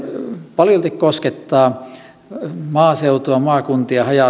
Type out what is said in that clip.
paljolti koskettavat maaseutua maakuntia haja